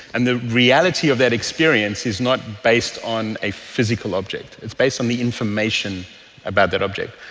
and the reality of that experience is not based on a physical object, it's based on the information about that object.